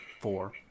four